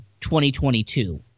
2022